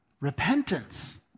repentance